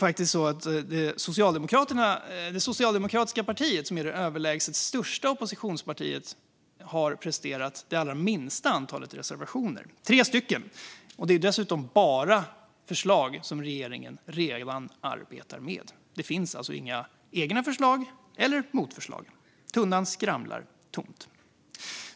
Det socialdemokratiska partiet som är det överlägset största oppositionspartiet har presterat det allra minsta antalet reservationer - tre stycken - och det är dessutom bara förslag som regeringen redan arbetar med. Det finns alltså inga egna förslag eller motförslag. Tunnan skramlar tomt.